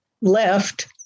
left